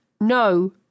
no